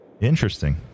Interesting